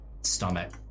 stomach